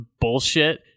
bullshit